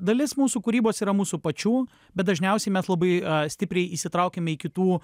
dalis mūsų kūrybos yra mūsų pačių bet dažniausiai mes labai stipriai įsitraukiame į kitų